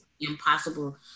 impossible